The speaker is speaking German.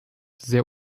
sehr